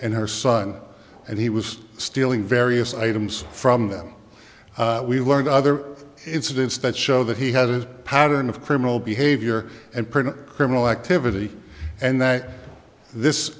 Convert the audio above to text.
and her son and he was stealing various items from them we've learned other incidents that show that he has a pattern of criminal behavior and pretty criminal activity and that this